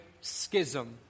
Schism